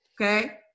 Okay